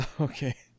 okay